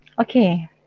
Okay